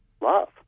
love